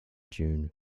june